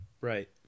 Right